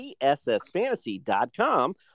TSSFantasy.com